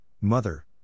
mother